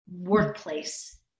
workplace